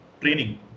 training